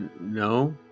no